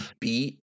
beat